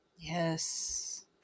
Yes